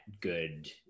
good